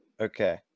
Okay